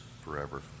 forever